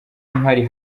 mpari